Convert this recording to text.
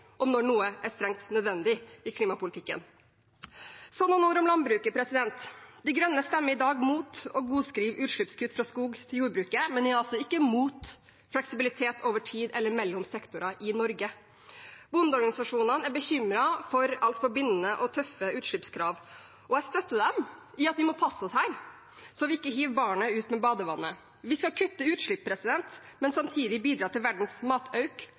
om når noe er strengt nødvendig i klimapolitikken. Så noen ord om landbruket. De Grønne stemmer i dag mot å godskrive utslippskutt fra skog til jordbruket, men er altså ikke mot fleksibilitet over tid eller mellom sektorer i Norge. Bondeorganisasjonene er bekymret for altfor bindende og tøffe utslippskrav. Jeg støtter dem i at vi må passe oss her, så vi ikke hiver barnet ut med badevannet. Vi skal kutte utslipp, men samtidig bidra til verdens matauk,